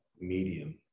medium